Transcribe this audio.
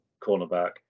cornerback